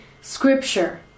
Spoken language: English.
scripture